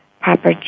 proper